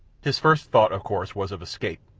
his first thought, of course, was of escape,